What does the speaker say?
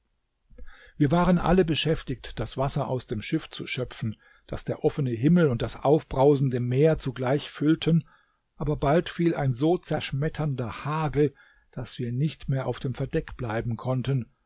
wir waren alle beschäftigt das wasser aus dem schiff zu schöpfen das der offene himmel und das aufbrausende meer zugleich füllten aber bald fiel ein so zerschmetternder hagel daß wir nicht mehr auf dem verdeck bleiben konnten